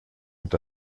mit